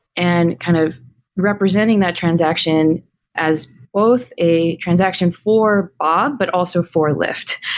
and kind of representing that transaction as both a transaction for bob, but also for lyft,